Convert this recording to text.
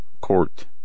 court